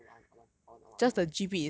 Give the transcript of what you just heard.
I want one I want I want I want I want